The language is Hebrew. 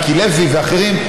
מיקי לוי ואחרים,